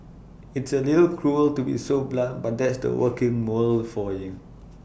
it's A little cruel to be so blunt but that's the working world for you